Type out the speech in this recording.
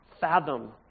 fathom